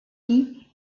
hee